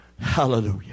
Hallelujah